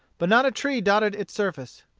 but not a tree dotted its surface.